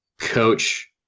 coach